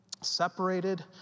separated